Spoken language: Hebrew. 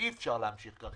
אי אפשר להמשיך כך,